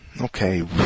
Okay